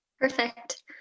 Perfect